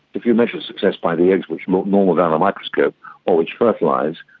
if you measure success by the eggs which look normal down a microscope, or which fertilise,